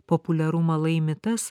populiarumą laimi tas